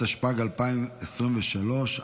התשפ"ג 2023,